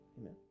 Amen